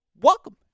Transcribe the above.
Welcome